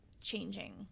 changing